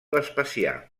vespasià